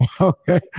Okay